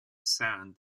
sand